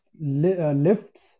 lifts